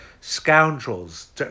Scoundrels